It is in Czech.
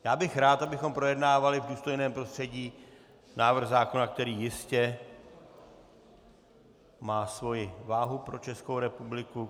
Byl bych rád, abychom projednávali v důstojném prostředí návrh zákona, který jistě má svoji váhu pro Českou republiku.